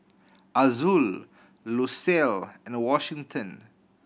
Azul Lucille and Washington